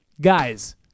guys